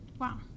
Wow